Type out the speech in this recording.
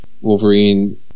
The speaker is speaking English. Wolverine